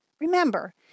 Remember